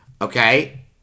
Okay